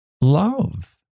love